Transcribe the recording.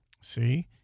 See